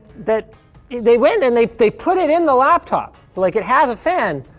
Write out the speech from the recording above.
that they went and they they put it in the laptop, so like it has a fan.